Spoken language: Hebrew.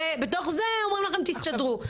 ובתוך זה אומרים לכם: תסתדרו.